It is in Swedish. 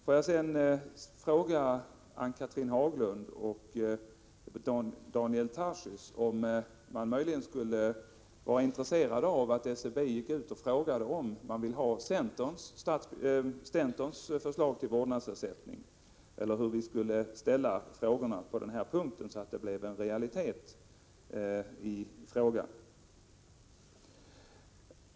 Jag vill vidare fråga Ann-Cathrine Haglund och Daniel Tarschys om man möjligen skulle vara intresserad av att SCB gick ut och frågade om föräldrarna vill ha centerns förslag till vårdnadsersättning, eller hur vi skall utforma frågorna på denna punkt för att de skall bli realistiska.